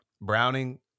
Browning